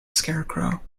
scarecrow